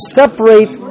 separate